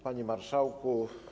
Panie Marszałku!